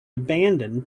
abandoned